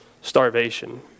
Starvation